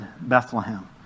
Bethlehem